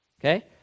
Okay